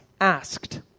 asked